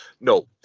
No